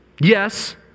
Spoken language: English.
Yes